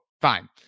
fine